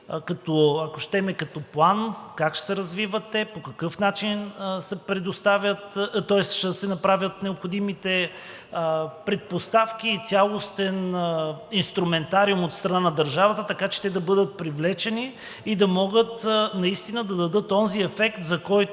като план, как ще се развиват те, по какъв начин ще се направят необходимите предпоставки и цялостен инструментариум от страна на държавата, така че те да бъдат привлечени и да могат наистина да дадат онзи ефект, за който